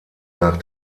nach